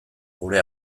gure